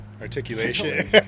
Articulation